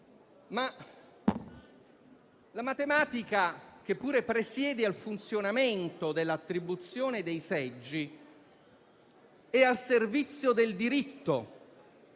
ma la matematica, che pure presiede al funzionamento dell'attribuzione dei seggi, è al servizio del diritto.